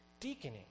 deaconing